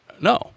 No